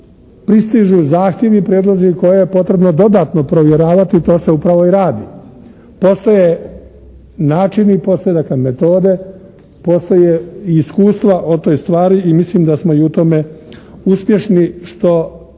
pristižu zahtjevi i prijedlozi koje je potrebno dodatno provjeravati, a to se upravo i radi. Postoje načini, dakle postoje metode, postoje i iskustva o toj stvari i mislim da smo i u tome uspješni što